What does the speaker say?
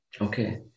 Okay